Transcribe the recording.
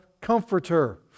Comforter